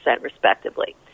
respectively